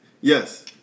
Yes